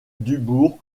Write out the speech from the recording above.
dubourg